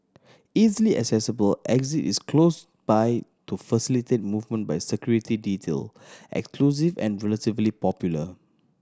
easily accessible exit is close by to facilitate movement by security detail exclusive and relatively popular